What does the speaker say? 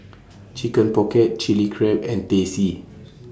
Chicken Pocket Chilli Crab and Teh C